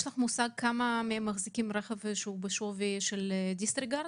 יש לך מושג כמה מהם מחזיקים רכב בשווי של דיסריגרד?